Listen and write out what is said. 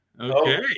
Okay